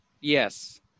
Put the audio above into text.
Yes